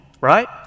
right